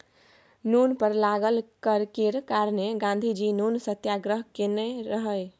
नुन पर लागल कर केर कारणेँ गाँधीजी नुन सत्याग्रह केने रहय